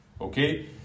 Okay